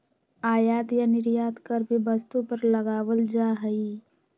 आयात या निर्यात कर भी वस्तु पर लगावल जा हई